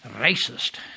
Racist